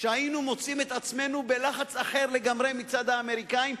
שהיינו מוצאים את עצמנו בלחץ אחר לגמרי מצד האמריקנים,